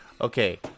Okay